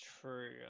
true